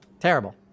terrible